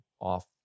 off